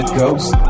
ghost